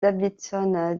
davidson